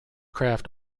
craft